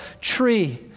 tree